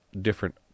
different